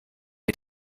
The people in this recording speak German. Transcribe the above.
mit